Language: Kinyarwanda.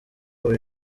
buri